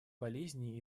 болезней